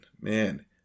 Man